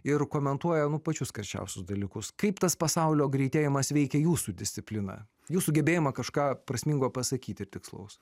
ir komentuoja nu pačius karščiausius dalykus kaip tas pasaulio greitėjimas veikia jūsų discipliną jūsų gebėjimą kažką prasmingo pasakyti ir tikslaus